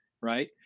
Right